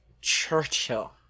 Churchill